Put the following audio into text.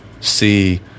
see